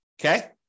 okay